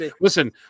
listen